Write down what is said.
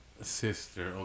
Sister